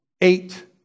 eight